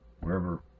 wherever